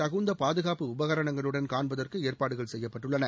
தகுந்த பாதுகாப்பு உபகரணங்களுடன் காண்பதற்கு ஏற்பாடுகள் செய்யப்பட்டுள்ளன